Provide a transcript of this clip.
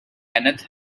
kenneth